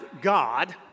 God